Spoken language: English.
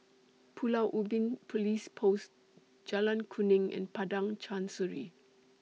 Pulau Ubin Police Post Jalan Kuning and Padang Chancery